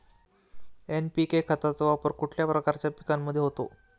NPK खताचा वापर कुठल्या प्रकारच्या पिकांमध्ये होतो?